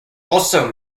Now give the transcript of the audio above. also